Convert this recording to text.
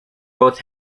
both